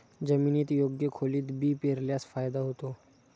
जमिनीत योग्य खोलीत बी पेरल्यास फायदा होतो